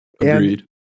Agreed